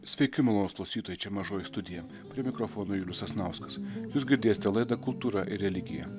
sveiki malonūs klausytojai čia mažoji studija prie mikrofono julius sasnauskas jūs girdėsite laidą kultūra ir religija